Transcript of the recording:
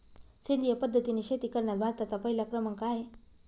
सेंद्रिय पद्धतीने शेती करण्यात भारताचा पहिला क्रमांक आहे